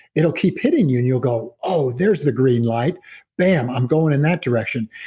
it'll keep hitting you and you'll go, oh, there's the green light bam, i'm going in that direction.